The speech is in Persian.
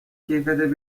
کیفیت